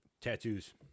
Tattoos